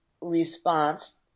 response